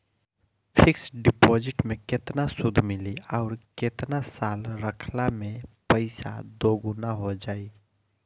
Fix deposit मे केतना सूद मिली आउर केतना साल रखला मे पैसा दोगुना हो जायी?